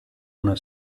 una